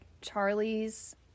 Charlie's